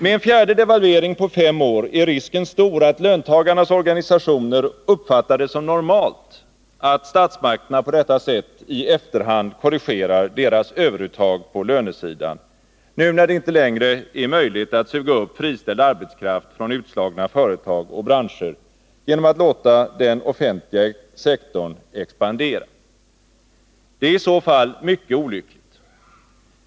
Med en fjärde devalvering på fem år är risken stor att löntagarnas organisationer uppfattar det som normalt att statsmakterna på detta sätt i efterhand korrigerar deras överuttag på lönesidan, nu när det inte längre är möjligt att suga upp friställd arbetskraft från utslagna företag och branscher genom att låta den offentliga sektorn expandera. Det är i så fall mycket olyckligt.